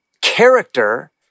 character